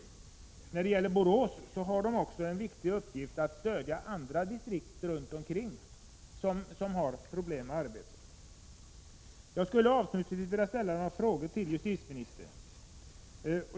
Borås har också den viktiga uppgiften att stödja andra omkringliggande distrikt, som har problem med arbetet. Jag skulle avslutningsvis vilja ställa några frågor till justitieministern.